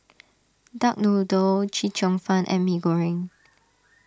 Duck Noodle Chee Cheong Fun and Mee Goreng